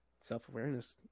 self-awareness